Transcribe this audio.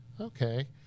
Okay